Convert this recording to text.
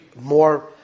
more